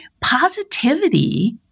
Positivity